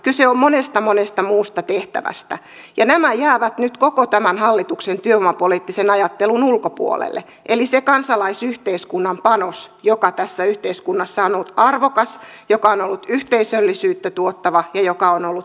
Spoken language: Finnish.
kyse on monesta monesta muusta tehtävästä ja nämä jäävät nyt koko tämän hallituksen työvoimapoliittisen ajattelun ulkopuolelle eli se kansalaisyhteiskunnan panos joka tässä yhteiskunnassa on ollut arvokas joka on ollut yhteisöllisyyttä tuottava ja joka on ollut eheyttävä